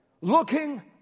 Looking